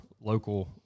local